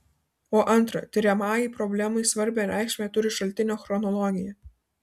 o antra tiriamajai problemai svarbią reikšmę turi šaltinio chronologija